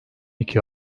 iki